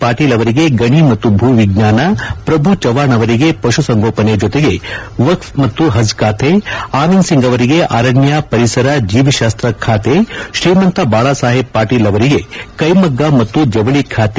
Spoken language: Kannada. ಪಾಟೀಲ್ ಅವರಿಗೆ ಗಣಿ ಮತ್ತು ಭೂವಿಜ್ಟಾನ ಪ್ರಭುಚೌಹಾಣ್ ಅವರಿಗೆ ಪಶುಸಂಗೋಪನೆ ಜೊತೆಗೆ ಮತ್ತು ವಕ್ಷ್ ಮತ್ತು ಪಜ್ ಖಾತೆ ಆನಂದ್ ಸಿಂಗ್ ಅವರಿಗೆ ಅರಣ್ಣ ಪರಿಸರ ಜೀವಿಶಾಸ್ತ ಖಾತೆ ಶ್ರೀಮಂತ ಬಾಳಸಾಹೇಬ್ ಪಾಟೀಲ್ ಅವರಿಗೆ ಕ್ಷೆಮಗ್ಗ ಮತ್ತು ಜವಳಿ ಖಾತೆ